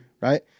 right